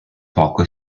poco